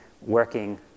working